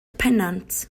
pennant